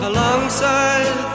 Alongside